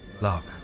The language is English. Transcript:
Love